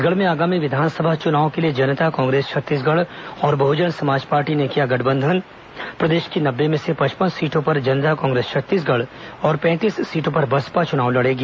छत्तीसगढ़ में आगामी विधानसभा चुनाव के लिए जनता कांग्रेस छत्तीसगढ़ और बहजन समाज पार्टी ने किया गठबंधन प्रदेश की नब्बे में से पचपन सीटों पर जनता कांग्रेस छत्तीसगढ़ और पैंतीस सीटों पर बसपा चुनाव लड़ेगी